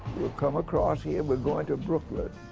would come across here. we're going to brooklyn,